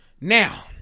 Now